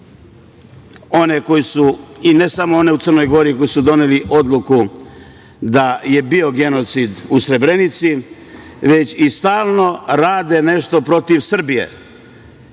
one koji su, i ne samo one u Crnoj Gori, koji su doneli odluku da je bio genocid u Srebrenici, već stalno rade nešto protiv Srbije. Kaže